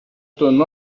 ton